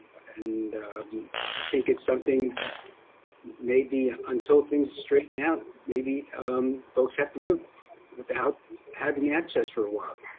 and i think it's something that may be untold things straight. now maybe um folks have to loop without having access for a while,